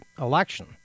election